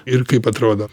ir kaip atrodo